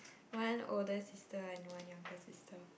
one older sister and one younger sister